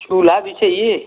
चूल्हा भी चाहिए